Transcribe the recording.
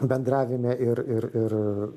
bendravime ir ir ir